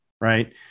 right